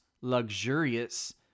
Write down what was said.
luxurious